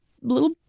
little